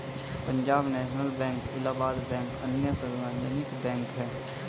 Punjab national bank Allahabad bank अन्य सार्वजनिक bank है